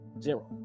Zero